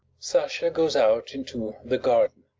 sasha goes out into the garden.